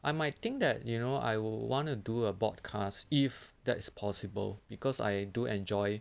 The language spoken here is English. I might think that you know I want to do a broadcast if that's possible because I do enjoy